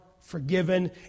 forgiven